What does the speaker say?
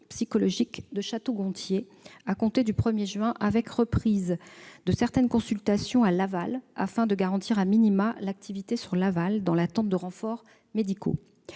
médico-psychologique de Château-Gontier à compter du 1 juin, avec reprise de certaines consultations à Laval, afin de garantir,, l'activité dans cette ville, dans l'attente de renforts médicaux.